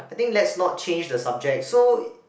I think let's not change the subject so